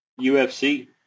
UFC